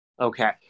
Okay